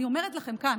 אני אומרת לכם כאן